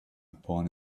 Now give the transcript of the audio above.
upon